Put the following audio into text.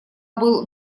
был